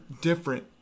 different